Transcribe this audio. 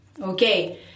okay